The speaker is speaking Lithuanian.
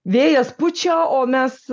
vėjas pučia o mes